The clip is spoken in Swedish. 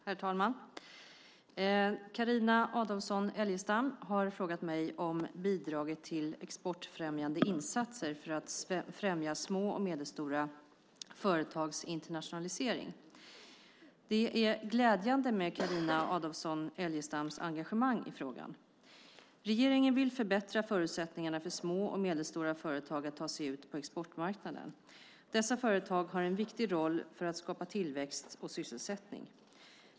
Herr talman! Carina Adolfsson Elgestam har frågat mig om bidraget till exportfrämjande insatser för att främja små och medelstora företags internationalisering. Det är glädjande med Carina Adolfsson Elgestams engagemang i frågan. Regeringen vill förbättra förutsättningarna för små och medelstora företag att ta sig ut på exportmarknaden. Dessa företag har en viktig roll för att skapa tillväxt och sysselsättning.